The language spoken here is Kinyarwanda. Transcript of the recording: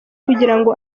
kugirango